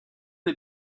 les